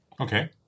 Okay